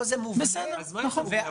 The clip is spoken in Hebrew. אז מה אם זה מובנה?